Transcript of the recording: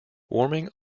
warming